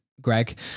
Greg